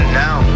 now